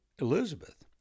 Elizabeth